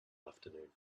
afternoon